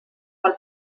pel